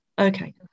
okay